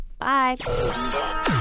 Bye